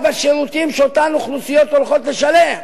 בשירותים שאותן אוכלוסיות הולכות לשלם.